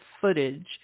footage